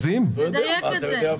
נדייק את זה.